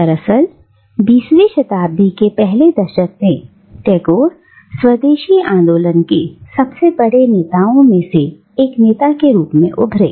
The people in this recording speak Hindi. दरअसल बीसवीं शताब्दी के पहले दशक में टैगोर स्वदेशी आंदोलन के सबसे बड़े नेताओं में से एक नेता के रूप में उभरे